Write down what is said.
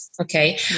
Okay